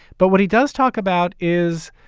but what he does talk about is